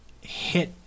hit